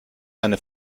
eine